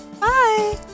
Bye